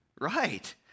Right